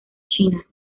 china